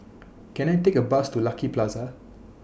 Can I Take A Bus to Lucky Plaza